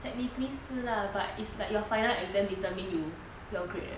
technically 是 lah but it's like your final exam determine you your grade eh